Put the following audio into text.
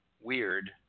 weird